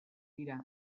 dira